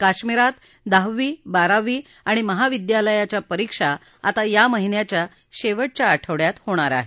काश्मीरात दहावी बारावी आणि महाविद्यालयाच्या परिक्षा आता या महिन्याच्या शेवटच्या आठवङ्यात होणार आहेत